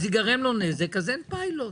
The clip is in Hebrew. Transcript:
ייגרם לו נזק אז אין פיילוט.